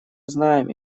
знаем